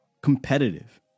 competitive